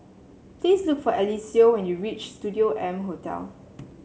please look for Eliseo when you reach Studio M Hotel